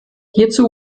hierzu